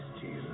Jesus